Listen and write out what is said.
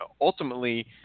ultimately